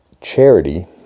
charity